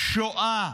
שואה,